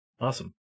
Awesome